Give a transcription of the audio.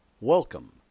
Welcome